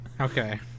Okay